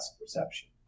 perception